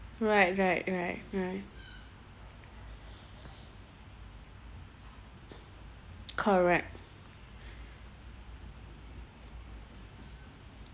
right right right right correct